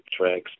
tracks